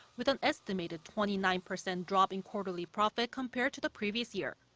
with an estimated twenty nine percent drop in quarterly profit compared to the previous year.